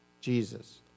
Jesus